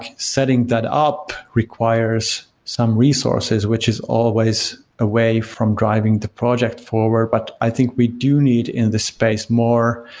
setting that up requires some resources, which is always a way from driving the project forward, but i think we do need in this space more